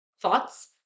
Thoughts